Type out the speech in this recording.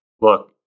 look